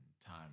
time